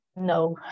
No